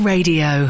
Radio